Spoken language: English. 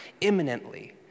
imminently